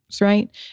right